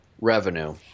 revenue